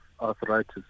arthritis